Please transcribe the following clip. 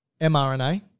mRNA